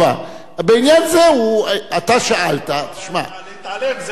בעניין זה, אתה שאלת, להתעלם זה הכי פשוט.